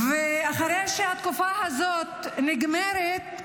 אחרי שהתקופה הזאת נגמרת,